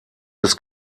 des